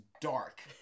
dark